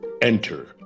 Enter